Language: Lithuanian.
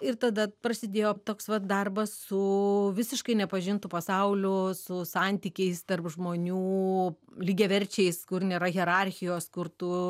ir tada prasidėjo toks vat darbas su visiškai nepažintu pasauliu su santykiais tarp žmonių lygiaverčiais kur nėra hierarchijos kur tu